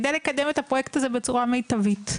כדי לקדם את הפרויקט הזה בצורה מיטבית,